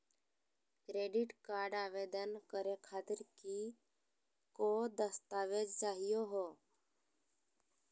Credit card आवेदन करे खातीर कि क दस्तावेज चाहीयो हो?